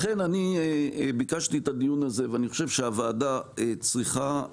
אני חושב שהוועדה צריכה,